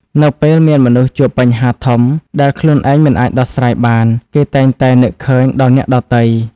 នៅពេលមនុស្សជួបបញ្ហាធំដែលខ្លួនឯងមិនអាចដោះស្រាយបាន គេតែងតែនឹកឃើញដល់អ្នកដទៃ។